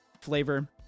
flavor